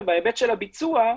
ובהיבט של הביצוע,